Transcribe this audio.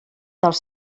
dels